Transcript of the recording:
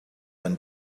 when